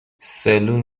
سلول